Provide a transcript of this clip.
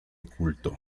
culto